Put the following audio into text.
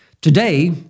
today